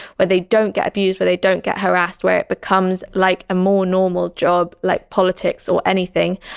where they don't get abused, where they don't get harassed, where it becomes like a more normal job like politics or anything,